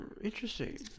Interesting